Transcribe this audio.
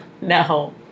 No